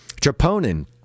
Troponin